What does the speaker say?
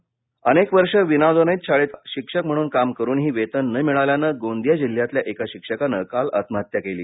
गोंदिया अनेक वर्ष विना अनुदानित शाळेत शिक्षक म्हणून काम करूनही वेतन न मिळाल्यानं गोंदिया जिल्ह्यातल्या एका शिक्षकानं काल आत्महत्या केली